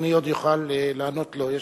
אדוני עוד יוכל לענות לו.